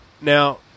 Now